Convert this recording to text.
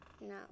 No